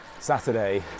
Saturday